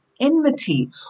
enmity